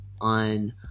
on